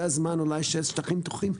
זה אולי הזמן שיש שטחים פתוחים,